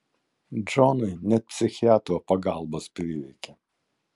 džonui net psichiatro pagalbos prireikė